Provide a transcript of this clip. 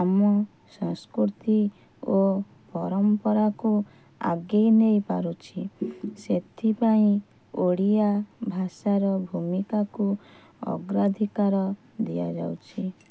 ଆମ ସଂସ୍କୃତି ଓ ପରମ୍ପରାକୁ ଆଗେଇ ନେଇପାରୁଛି ସେଥିପାଇଁ ଓଡ଼ିଆ ଭାଷାର ଭୂମିକାକୁ ଅଗ୍ରାଧିକାର ଦିଆଯାଉଛି